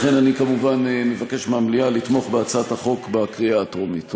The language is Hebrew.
לכן אני כמובן מבקש מהמליאה לתמוך בהצעת החוק בקריאה הטרומית.